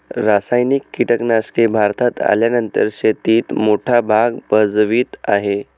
रासायनिक कीटनाशके भारतात आल्यानंतर शेतीत मोठा भाग भजवीत आहे